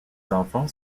enfants